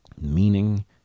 meaning